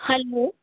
hello